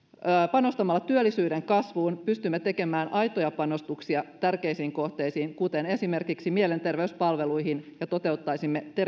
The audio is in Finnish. panostamalla työllisyyden kasvuun pystymme tekemään aitoja panostuksia tärkeisiin kohteisiin esimerkiksi mielenterveyspalveluihin ja toteuttaisimme